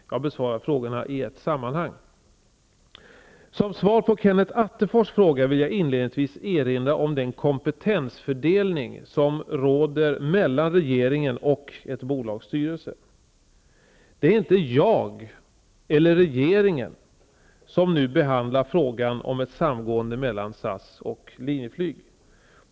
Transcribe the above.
Jag besvarar frågorna i ett sammanhang. Som svar på Kenneth Attefors fråga vill jag inledningsvis erinra om den kompetensfördelning som råder mellan regeringen och ett bolags styrelse. Det är inte jag eller regeringen som nu behandlar frågan om ett samgående mellan SAS och Linjeflyg.